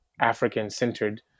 African-centered